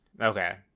Okay